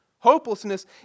Hopelessness